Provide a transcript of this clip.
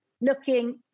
looking